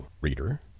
reader